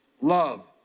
love